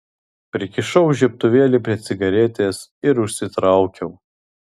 prikišau žiebtuvėlį prie cigaretės ir užsitraukiau